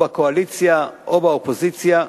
או בקואליציה או באופוזיציה,